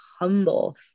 humble